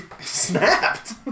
snapped